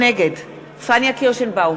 נגד פניה קירשנבאום,